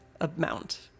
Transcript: amount